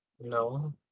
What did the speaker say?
No